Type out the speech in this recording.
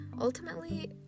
ultimately